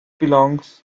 belongs